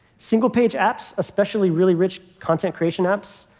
single page apps, especially really rich content creation apps,